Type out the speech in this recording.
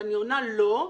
ואני עונה: לא.